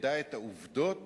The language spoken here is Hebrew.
נדע את העובדות